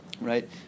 right